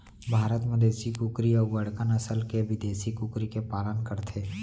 भारत म देसी कुकरी अउ बड़का नसल के बिदेसी कुकरी के पालन करथे